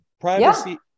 Privacy